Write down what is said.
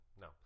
no